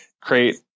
Create